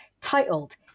titled